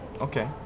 okay